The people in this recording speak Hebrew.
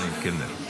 חמש דקות אדוני, קלנר.